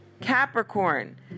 Capricorn